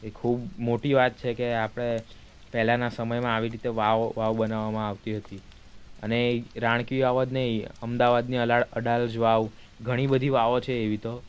એ ખૂબ મોટી વાત છે કે આપણે પહેલાંના સમયમાં આવી રીતે વાવ વાવ બનાવવામાં આવતી હતી અને એ રાણકી વાવ જ નહીં અમદાવાદની અડા અડાલજ વાવ ઘણી બધી વાવો છે એવી તો